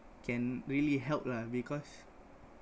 can really help lah because